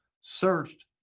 searched